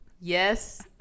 Yes